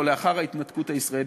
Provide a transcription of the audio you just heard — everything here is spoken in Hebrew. או לאחר ההתנתקות הישראלית,